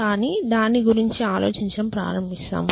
కాని దాని గురించి ఆలోచించడం ప్రారంభిస్తాము